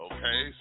Okay